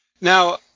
now